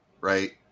right